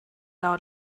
out